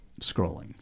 scrolling